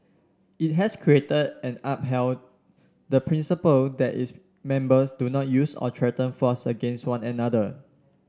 it has created and upheld the principle that its members do not use or threaten force against one another